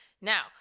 now